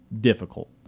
difficult